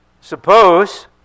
Suppose